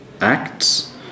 Acts